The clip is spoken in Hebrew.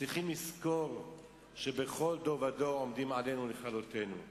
צריכים לזכור שבכל דור ודור עומדים עלינו לכלותנו,